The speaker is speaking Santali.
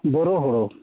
ᱵᱚᱨᱚ ᱦᱩᱲᱩ